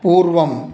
पूर्वम्